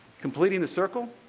completing the circle.